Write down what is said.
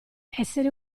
essere